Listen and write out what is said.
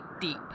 deep